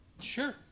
Sure